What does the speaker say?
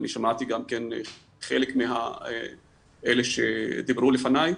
אני שמעתי גם כן חלק מאלה שדיברו לפני,